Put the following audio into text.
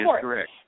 correct